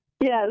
Yes